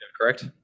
correct